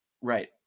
Right